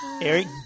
Eric